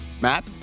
Matt